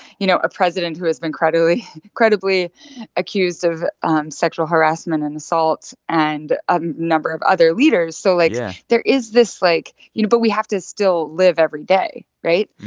you know, a president who has been credibly credibly accused of sexual harassment and assault and a number of other leaders. so, like, yeah there is this, like you know, but we have to still live every day, right?